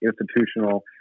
institutional